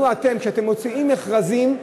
מדוע כשאתם מוציאים מכרזים,